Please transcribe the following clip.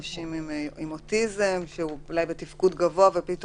אנשים עם אוטיזם בתפקוד גבוה וכן